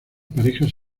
parejas